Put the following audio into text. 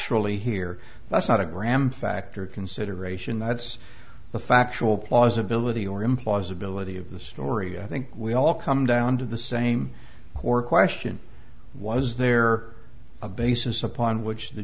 ly here that's not a graham factor consideration that's the factual plausibility or implausibility of the story i think we all come down to the same core question was there a basis upon which the